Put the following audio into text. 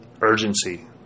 urgency